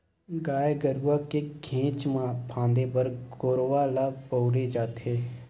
गाय गरुवा के घेंच म फांदे बर गेरवा ल बउरे जाथे